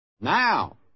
Now